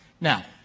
Now